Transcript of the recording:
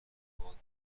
خواد